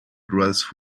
grass